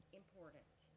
important